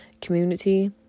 community